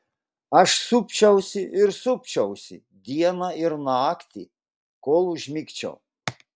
aš supčiausi ir supčiausi dieną ir naktį kol užmigčiau